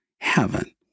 heaven